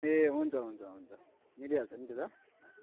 ए हुन्छ हुन्छ हुन्छ मिलिहाल्छ नि त्यो त